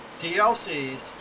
DLCs